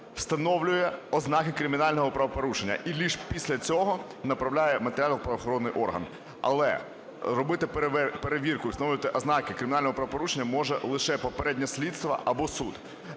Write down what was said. встановлює ознаки кримінального правопорушення і лише після цього направляє матеріали в правоохоронний орган. Але робити перевірку, встановлювати ознаки кримінального правопорушення може лише попереднє слідство або суд.